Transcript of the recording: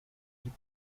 deep